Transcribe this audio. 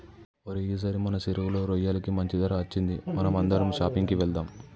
ఓరై ఈసారి మన సెరువులో రొయ్యలకి మంచి ధర అచ్చింది మనం అందరం షాపింగ్ కి వెళ్దాం